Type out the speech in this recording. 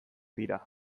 dira